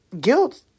guilt